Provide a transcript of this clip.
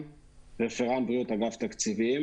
אני רפרנט בריאות אגף תקציבים.